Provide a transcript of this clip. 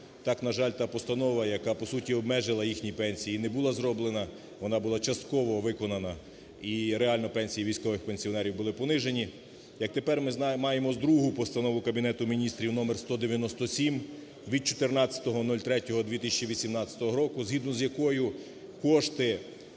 так, на жаль, та постанова, яка по суті обмежила їхні пенсії і не була зроблена, вона була частково виконана, і реально пенсії військових пенсіонерів були понижені, як тепер ми маємо другу Постанову Кабінету Міністрів номер 197 від 14.03.2018 року, згідно з якою кошти,